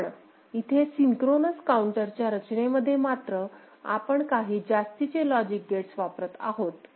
पण इथे सिंक्रोनस काऊंटरच्या रचनेमध्ये मात्र आपण काही जास्तीचे लॉजिक गेट्स वापरत आहोत